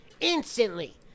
Instantly